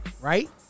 Right